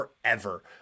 forever